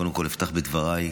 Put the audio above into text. קודם כול אפתח בדבריי,